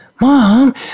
Mom